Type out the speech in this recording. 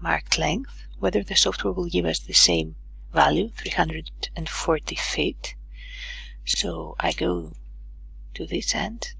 marked length whether the software will give us the same value three hundred and forty feet so i go to this end,